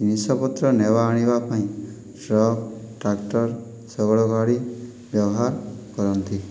ଜିନିଷପତ୍ର ନେବାଆଣିବା କରିବାପାଇଁ ଟ୍ରକ୍ ଟ୍ରାକ୍ଟର ଶଗଡ଼ ଗାଡ଼ି ବ୍ୟବହାର କରନ୍ତି